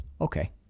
okay